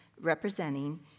representing